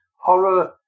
horror